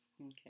Okay